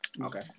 okay